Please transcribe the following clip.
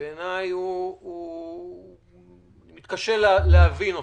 שבעיניי קשה להבין אותו,